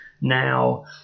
Now